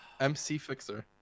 MCFixer